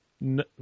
No